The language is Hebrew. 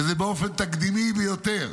וזה באופן תקדימי ביותר.